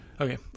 okay